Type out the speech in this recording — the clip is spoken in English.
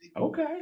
Okay